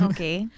Okay